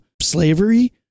slavery